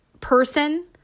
person